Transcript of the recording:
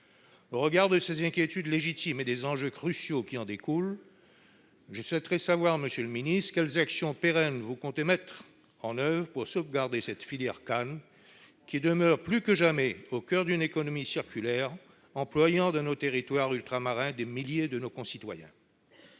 Au regard de ces inquiétudes légitimes et des enjeux cruciaux qui en découlent, monsieur le ministre, quelles actions pérennes comptez-vous mettre en oeuvre pour sauvegarder cette filière « canne », qui demeure plus que jamais au coeur d'une économie circulaire employant dans nos territoires ultramarins des milliers de nos concitoyens ?